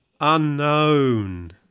unknown